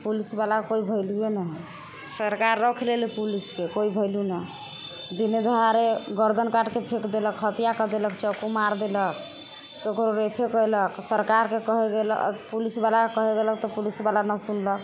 पुलिसवला के कोइ वैल्यूए नहि हइ सरकार रख लेलै पुलिसके कोइ वैल्यू नहि दिने दहाड़े गर्दन काटके फेक देलक हत्या कर देलक चाकू मारि देलक ककरो रेपे कयलक सरकारके कहे गेल पुलिसवलाके कहे गेलक तऽ पुलिसवला नहि सुनलक